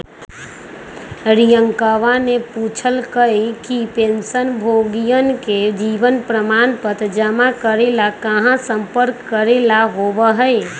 रियंकावा ने पूछल कई कि पेंशनभोगियन के जीवन प्रमाण पत्र जमा करे ला कहाँ संपर्क करे ला होबा हई?